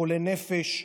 חולה נפש.